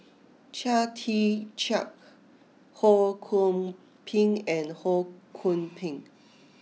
Chia Tee Chiak Ho Kwon Ping and Ho Kwon Ping